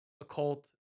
occult